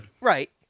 Right